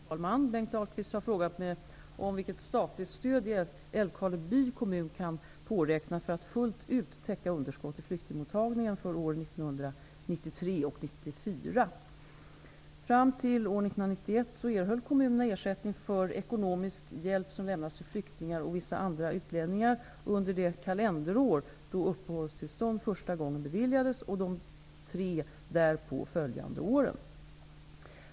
Herr talman! Bengt Ahlquist har frågat mig om vilket statligt stöd Älvkarleby kommun kan påräkna för att fullt ut täcka underskott i flyktingmottagning för åren 1993 och 1994. Fram till år 1991 erhöll kommunerna ersättning för ekonomisk hjälp som lämnats till flyktingar och vissa andra utlänningar under det kalenderår då uppehållstillstånd första gången beviljades och de tre därpå följande åren.